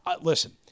listen